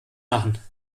machen